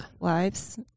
lives